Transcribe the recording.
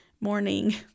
morning